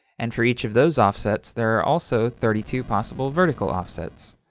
and for each of those offsets, there are also thirty two possible vertical offsets.